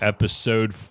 Episode